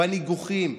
בניגוחים,